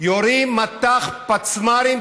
יורים מטח פצמ"רים.